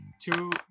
two